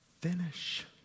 finish